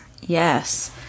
Yes